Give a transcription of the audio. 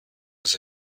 das